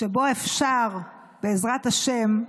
שבו אפשר, בעזרת השם,